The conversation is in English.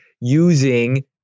Using